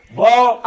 ball